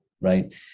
right